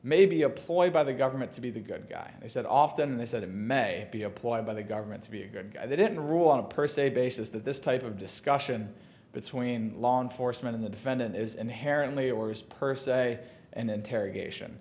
may be a ploy by the government to be the go to guy he said often they said it may be a ploy by the government to be a good guy they didn't rule on a per se basis that this type of discussion between law enforcement in the defendant is inherently or as per se an interrogation